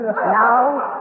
Now